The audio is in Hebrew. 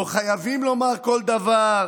לא חייבים לומר כל דבר.